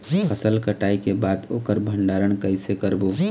फसल कटाई के बाद ओकर भंडारण कइसे करबो?